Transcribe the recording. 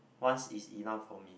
once is enough for me